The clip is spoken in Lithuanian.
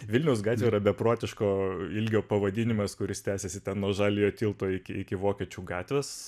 vilniaus gatvė yra beprotiško ilgio pavadinimas kuris tęsiasi nuo žaliojo tilto iki iki vokiečių gatvės